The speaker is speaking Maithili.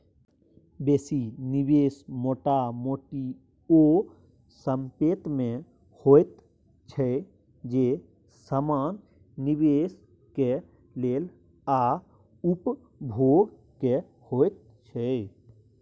बेसी निवेश मोटा मोटी ओ संपेत में होइत छै जे समान निवेश के लेल आ उपभोग के होइत छै